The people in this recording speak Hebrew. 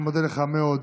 אני מודה לך מאוד,